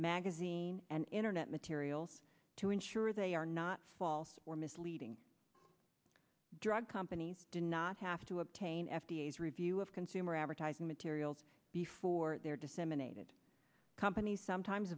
magazine and internet materials to ensure they are not false or misleading drug companies do not have to obtain f d a is review of consumer advertising materials before their disseminated companies sometimes